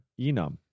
enum